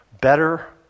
better